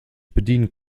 bedienen